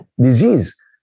disease